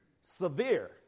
severe